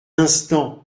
instant